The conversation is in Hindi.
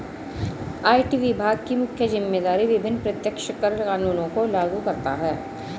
आई.टी विभाग की मुख्य जिम्मेदारी विभिन्न प्रत्यक्ष कर कानूनों को लागू करता है